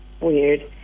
weird